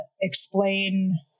explain